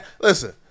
Listen